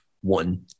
one